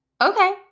okay